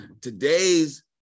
Today's